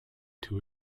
too